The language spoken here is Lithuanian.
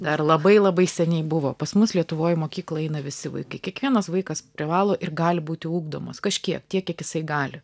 dar labai labai seniai buvo pas mus lietuvoj į mokyklą eina visi vaikai kiekvienas vaikas privalo ir gali būti ugdomas kažkiek tiek kiek jisai gali